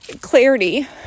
clarity